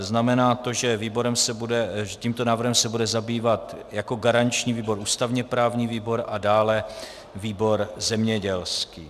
Znamená to, že tímto návrhem se bude zabývat jako garanční výbor ústavněprávní výbor a dále výbor zemědělský.